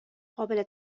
قابل